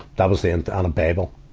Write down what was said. that was the and the and a bible,